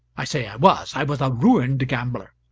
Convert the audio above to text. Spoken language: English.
i say i was. i was a ruined gambler.